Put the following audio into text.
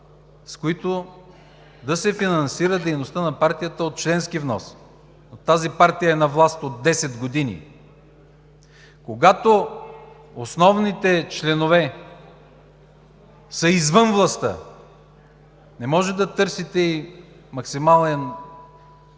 с които да се финансира дейността на партията от членски внос, но тази партия е на власт от 10 години. Когато основните членове са извън властта, не може да търсите максимален фонд,